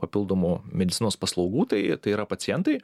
papildomų medicinos paslaugų tai tai yra pacientai